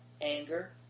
Anger